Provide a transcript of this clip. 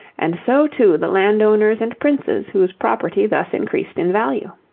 and so too the landowners and princes whose property thus increased in value.